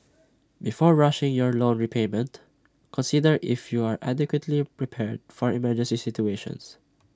before rushing your loan repayment consider if you are adequately prepared for emergency situations